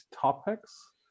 topics